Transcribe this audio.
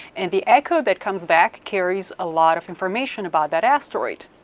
and the echo that comes back carries a lot of information about that asteroid.